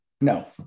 No